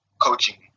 coaching